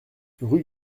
rue